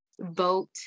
vote